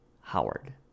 Howard